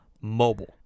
mobile